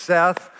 Seth